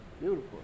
Beautiful